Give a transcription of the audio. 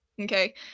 Okay